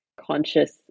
conscious